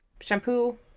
Shampoo